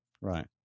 Right